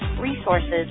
resources